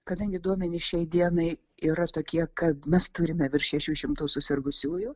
kadangi duomenys šiai dienai yra tokie kad mes turime virš šešių šimtų susirgusiųjų